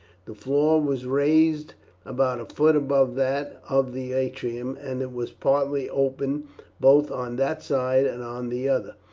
the floor was raised about a foot above that of the atrium, and it was partly open both on that side and on the other,